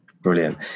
brilliant